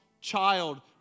child